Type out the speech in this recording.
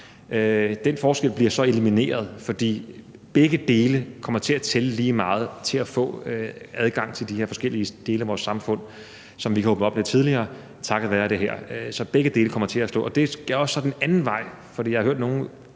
den forskel elimineret, fordi begge dele kommer til at tælle lige meget med hensyn til at få adgang til de her forskellige dele af vores samfund, som vi altså kan åbne op lidt tidligere takket være det her. Så det kommer til at gælde begge dele. Og det gælder så også den anden vej, for jeg har set nogle